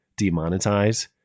demonetize